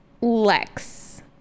lex